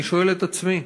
אני שואל את עצמי: